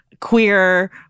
queer